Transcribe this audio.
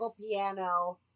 piano